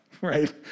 right